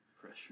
Pressure